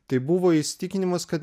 tai buvo įsitikinimas kad